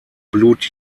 blut